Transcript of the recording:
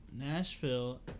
Nashville